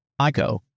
Ico